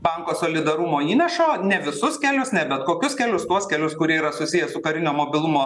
banko solidarumo įnašo ne visus kelius ne bet kokius kelius tuos kelius kurie yra susiję su karinio mobilumo